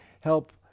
help